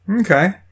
Okay